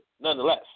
nonetheless